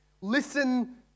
listen